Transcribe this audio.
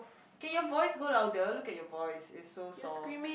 can your voice go louder look at your voice it's so soft